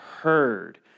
heard